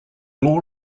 law